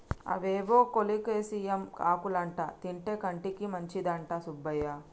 అవేవో కోలేకేసియం ఆకులంటా తింటే కంటికి మంచిదంట సుబ్బయ్య